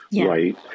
Right